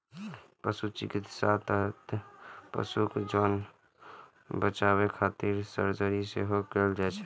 पशु चिकित्साक तहत पशुक जान बचाबै खातिर सर्जरी सेहो कैल जाइ छै